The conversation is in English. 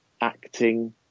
acting